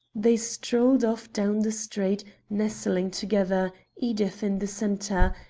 they strolled off down the street, nestling together, edith in the centre,